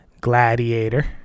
gladiator